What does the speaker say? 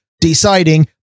deciding